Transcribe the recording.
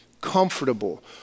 comfortable